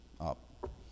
up